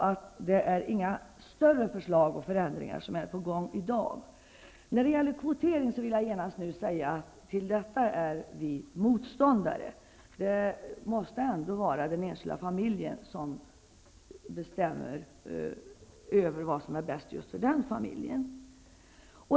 Inga mera omfattande förslag eller större förändringar är alltså på gång i dag. Sedan vill jag säga att vi är motståndare till detta med kvotering. Den enskilda familjen måste ändå få bestämma vad som är bäst för just den.